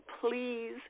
please